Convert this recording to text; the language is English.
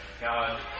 God